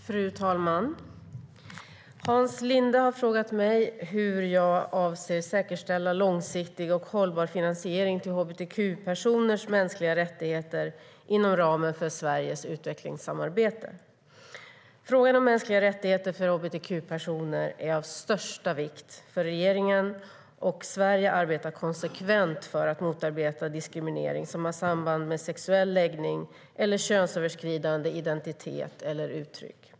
Fru talman! Hans Linde har frågat mig hur jag avser att säkerställa en långsiktig och hållbar finansiering till hbtq-personers mänskliga rättigheter inom ramen för Sveriges utvecklingssamarbete. Frågan om mänskliga rättigheter för hbtq-personer är av största vikt för regeringen, och Sverige arbetar konsekvent för att motarbeta diskriminering som har samband med sexuell läggning eller könsöverskridande identitet eller uttryck.